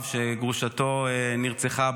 אב שגרושתו נרצחה בנובה,